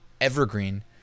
evergreen